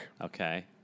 Okay